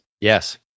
Yes